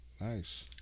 Nice